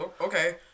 okay